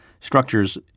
structures